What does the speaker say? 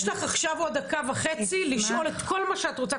יש לך עכשיו עוד דקה וחצי לשאול את כל מה שאת רוצה,